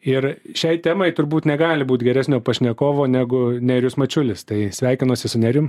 ir šiai temai turbūt negali būt geresnio pašnekovo negu nerijus mačiulis tai sveikinuosi su nerijum